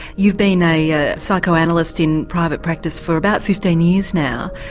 you've been a ah psychoanalyst in private practice for about fifteen years now,